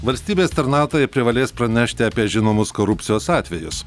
valstybės tarnautojai privalės pranešti apie žinomus korupcijos atvejus